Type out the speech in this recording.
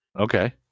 Okay